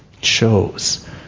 chose